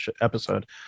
episode